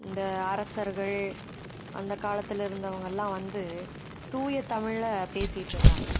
இந்த அரசர்கள் அந்த காலத்தில் இருந்தவங்கள்லாம் வந்து தூயத்தமிழ்ல பேசிக்கிட்டு இருந்தாங்கள்